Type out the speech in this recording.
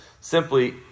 simply